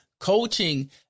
Coaching